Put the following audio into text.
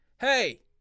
hey